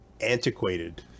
antiquated